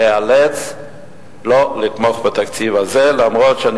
איאלץ לא לתמוך בתקציב הזה אף-על-פי שאני